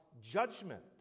judgment